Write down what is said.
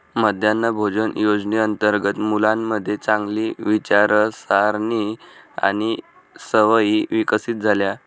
मध्यान्ह भोजन योजनेअंतर्गत मुलांमध्ये चांगली विचारसारणी आणि सवयी विकसित झाल्या